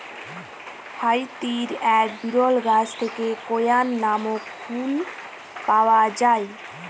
হাইতির এক বিরল গাছ থেকে স্কোয়ান নামক ফুল পাওয়া যায়